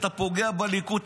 אתה פוגע בליכוד,